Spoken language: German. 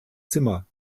zimmer